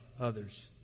others